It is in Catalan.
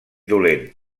dolent